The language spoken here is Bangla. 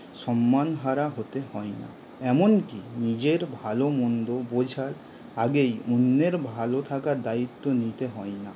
সম্মানহারা হতে হয় না এমনকি নিজের ভালো মন্দ বোঝার আগেই অন্যের ভালো থাকার দায়িত্ব নিতে হয় না